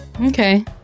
Okay